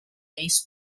ace